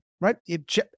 right